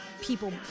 people